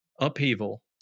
upheaval